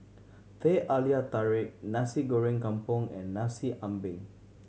Teh Halia Tarik Nasi Goreng Kampung and Nasi Ambeng